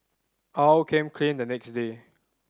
Aw came clean the next day